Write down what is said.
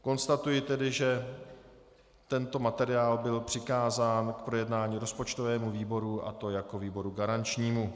Konstatuji tedy, že tento materiál byl přikázán k projednání rozpočtovému výboru, a to jako výboru garančnímu.